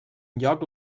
lloc